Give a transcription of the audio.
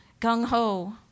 gung-ho